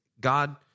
God